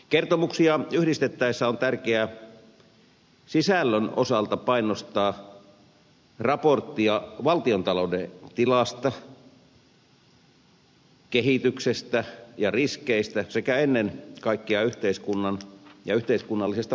kertomuksia yhdistettäessä on tärkeää sisällön osalta painottaa raporttia valtiontalouden tilasta kehityksestä ja riskeistä sekä ennen kaikkea yhteiskunnallisesta vaikuttavuudesta